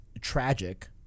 tragic